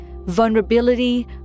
Vulnerability